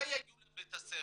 מתי יגיעו לבית הספר?